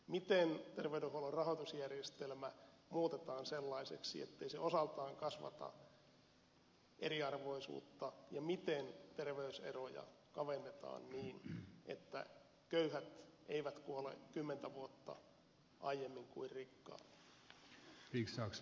miten terveydenhuollon rahoitusjärjestelmä muutetaan sellaiseksi ettei se osaltaan kasvata eriarvoisuutta ja miten terveyseroja kavennetaan niin että köyhät eivät kuole kymmentä vuotta aiemmin kuin rikkaat